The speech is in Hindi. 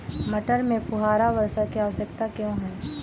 मटर में फुहारा वर्षा की आवश्यकता क्यो है?